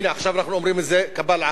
הנה, עכשיו אנחנו אומרים את זה קבל עם,